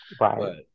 right